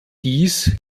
dies